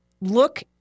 look